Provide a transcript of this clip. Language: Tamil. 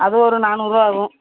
அது ஒரு நானூறுபா ஆகும்